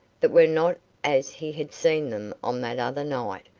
that were not as he had seen them on that other night,